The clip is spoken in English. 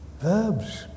verbs